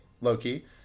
Loki